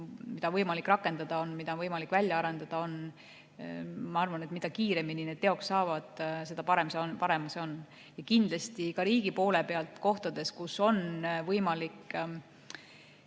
mida on võimalik rakendada ja mida on võimalik veel välja arendada – ma arvan, et mida kiiremini need teoks saavad, seda parem on. Kindlasti ka riigi poole pealt kohtades, kus on võimalik